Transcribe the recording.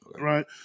Right